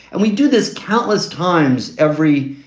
and we do this countless times every